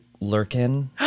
lurking